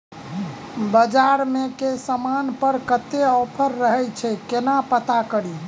बजार मे केँ समान पर कत्ते ऑफर रहय छै केना पत्ता कड़ी?